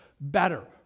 better